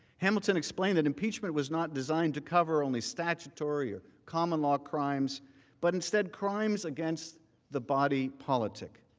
hamilton explained that impeachment was not designed to cover only statutory or common law crimes but instead crimes against the body politic.